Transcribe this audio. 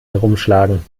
herumschlagen